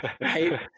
right